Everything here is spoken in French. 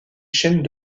chaînes